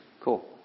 Cool